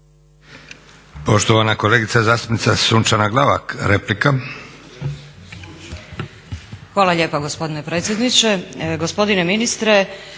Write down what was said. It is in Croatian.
Poštovana kolegica zastupnica Sunčana Glavak, replika.